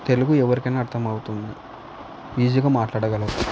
తెలుగు ఎవరికైనా అర్థమవుతుంది ఈజీగా మాట్లాడగలుగుతాము